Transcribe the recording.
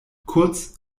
kurz